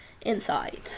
inside